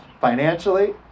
financially